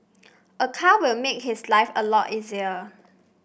a car will make his life a lot easier